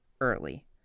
early